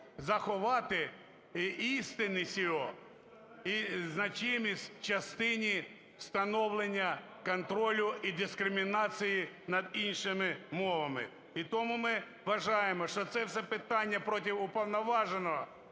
заховати істину цього і значимість в частині встановлення контролю і дискримінації над іншими мовами. І тому ми вважаємо, що це все питання проти уповноваженого